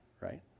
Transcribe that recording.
right